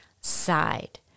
side